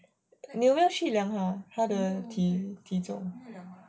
你有没有去量他的体重